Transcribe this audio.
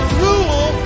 rule